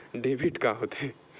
Debit का होथे?